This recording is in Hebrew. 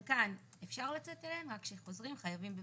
חלקן אפשר לצאת אליהן רק שהחוזרים חייבים בבידוד.